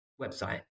website